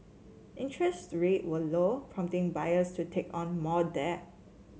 interest rate were low prompting buyers to take on more debt